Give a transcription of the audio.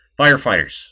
firefighters